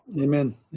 Amen